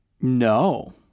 No